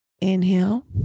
inhale